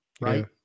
right